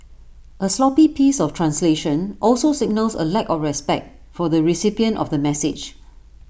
A sloppy piece of translation also signals A lack of respect for the recipient of the message